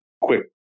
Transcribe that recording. quick